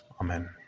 Amen